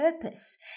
purpose